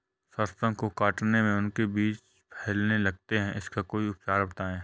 सरसो को काटने में उनके बीज फैलने लगते हैं इसका कोई उपचार बताएं?